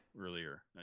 earlier